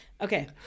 Okay